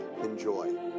Enjoy